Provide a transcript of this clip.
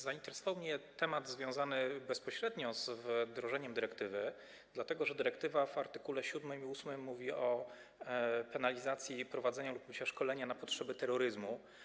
Zainteresował mnie temat związany bezpośrednio z wdrożeniem dyrektywy, dlatego że dyrektywa w art. 7 i 8 mówi o penalizacji prowadzenia lub odbycia szkolenia na potrzeby terroryzmu.